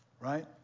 right